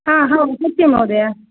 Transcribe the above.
आ हाम् सत्यं महोदय